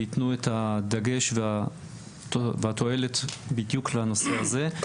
ויתנו את הדגש והתועלת בדיוק לנושא הזה.